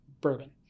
bourbon